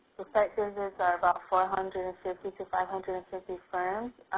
the site visits are about four hundred and fifty to five hundred and fifty firms.